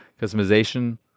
customization